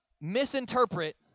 misinterpret